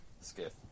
Skiff